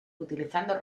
utilizando